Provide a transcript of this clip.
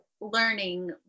learning